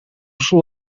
ушул